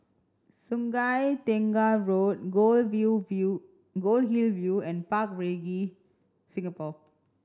Sungei Tengah Road Gold View View Goldhill View and Park Regis Singapore